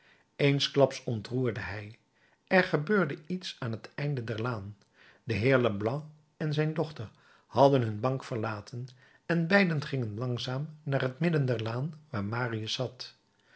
eensklaps ontroerde hij er gebeurde iets aan het einde der laan de heer leblanc en zijn dochter hadden hun bank verlaten en beiden gingen langzaam naar het midden der laan waar marius zat